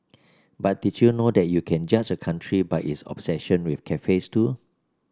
but did you know that you can judge a country by its obsession with cafes too